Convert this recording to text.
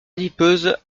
adipeuse